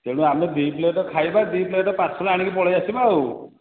ତେଣୁ ଆମେ ଦୁଇ ପ୍ଲେଟ୍ ଖାଇବା ଦୁଇ ପ୍ଲେଟ୍ ପାର୍ସଲ୍ ଆଣିକି ପଳାଇ ଆସିବା ଆଉ